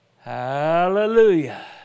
Hallelujah